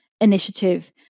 initiative